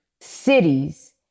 cities